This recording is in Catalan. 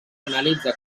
analitza